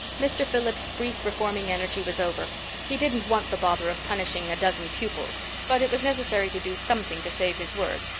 mr. phillips's brief reforming energy was over he didn't want the bother of punishing a dozen pupils but it was necessary to do something to save his word,